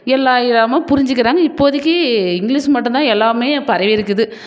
எல்லாருமே புரிஞ்சுக்கிறாங்க இப்போதிக்கு இங்கிலீஷ் மட்டும்தான் எல்லாமே பரவி இருக்குது